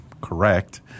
correct